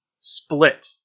Split